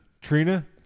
Trina